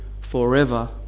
forever